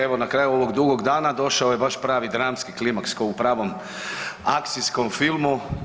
Evo na kraju ovog dugog dana došao je baš pravi dramski klimaks ko u pravom akcijskom filmu.